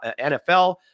NFL